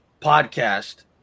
podcast